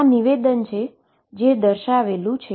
આ નિવેદન છે જે દર્શાવેલુ છે